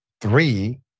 three